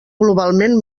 globalment